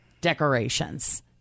decorations